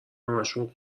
همهشون